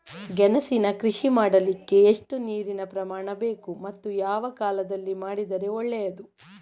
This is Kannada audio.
ಗೆಣಸಿನ ಕೃಷಿ ಮಾಡಲಿಕ್ಕೆ ಎಷ್ಟು ನೀರಿನ ಪ್ರಮಾಣ ಬೇಕು ಮತ್ತು ಯಾವ ಕಾಲದಲ್ಲಿ ಮಾಡಿದರೆ ಒಳ್ಳೆಯದು?